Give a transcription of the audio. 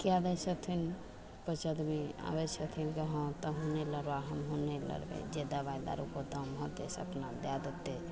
कै दै छथिन पाँच आदमी आबै छथिन जे हँ तहूँ नहि लड़ऽ हमहूँ नहि लड़बै जे दवाइ दारूके होतऽ से पइसा अपना दै देतै